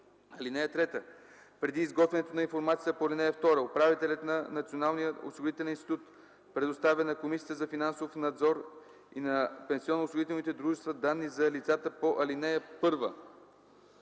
г. (3) Преди изготвянето на информацията по ал. 2 управителят на Националния осигурителен институт предоставя на Комисията за финансов надзор и на пенсионно-осигурителните дружества данни за лицата по ал. 1: 1.